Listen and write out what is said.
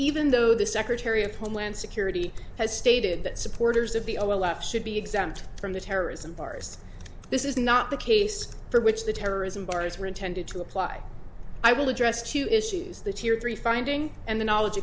though the secretary of homeland security has stated that supporters of the overlaps should be exempt from the terrorism bars this is not the case for which the terrorism bars were intended to apply i will address two issues the tier three finding and the knowledge